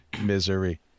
misery